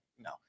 No